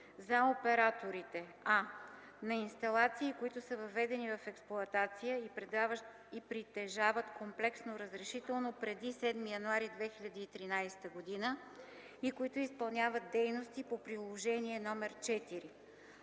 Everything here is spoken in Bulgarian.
за операторите: а) на инсталации, които са въведени в експлоатация и притежават комплексно разрешително преди 7 януари 2013 г., и които изпълняват дейности по приложение № 4;